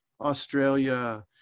Australia